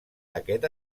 aquest